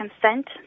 consent